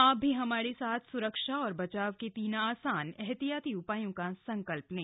आप भी हमारे साथ सुरक्षा और बचाव के तीन आसान एहतियाती उपायों का संकल्प लें